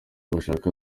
bashaka